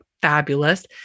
fabulous